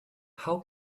how